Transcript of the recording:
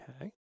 Okay